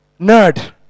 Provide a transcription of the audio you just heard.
nerd